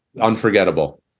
unforgettable